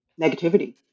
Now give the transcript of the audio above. negativity